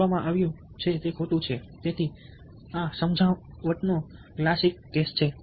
કરવામાં આવ્યું તે ખરેખર ખોટું છે તેથી સમજાવટનો ક્લાસિક કેસ છે